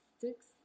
six